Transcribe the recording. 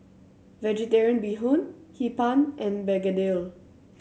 Vegetarian Bee Hoon Hee Pan and begedil